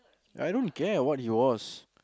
I don't care what he was